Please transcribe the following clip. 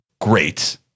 great